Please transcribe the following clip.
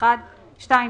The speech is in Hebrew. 2021); (2).